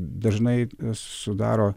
dažnai sudaro